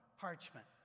parchment